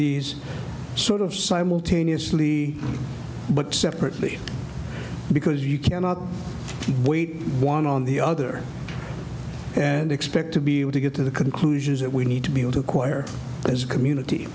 these sort of simultaneously but separately because you cannot wait one on the other and expect to be able to get to the conclusions that we need to be able to acquire this community